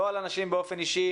לא על אנשים באופן אישי,